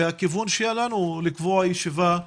והכיוון שלנו הוא לקבוע ישיבה,